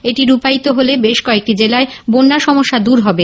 এটি রূপায়িত হলে বেশ কয়েকটি জেলায় বন্যা সমস্যা দূর হবে